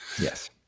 yes